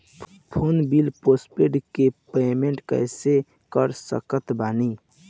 Phone bill postpaid के payment कैसे कर सकत बानी?